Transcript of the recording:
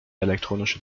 elektronische